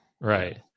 Right